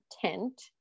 tent